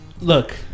Look